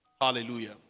Hallelujah